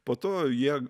po to jie